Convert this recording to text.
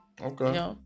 Okay